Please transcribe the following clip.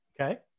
Okay